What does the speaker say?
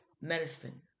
medicine